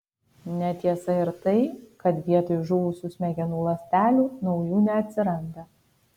netiesa ir tai kad vietoj žuvusių smegenų ląstelių naujų neatsiranda